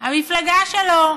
המפלגה שלו,